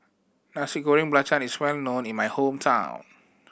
Nasi Goreng Belacan is well known in my hometown